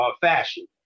fashion